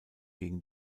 gegen